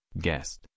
guest